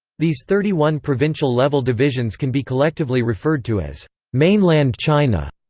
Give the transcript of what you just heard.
these thirty one provincial-level divisions can be collectively referred to as mainland china,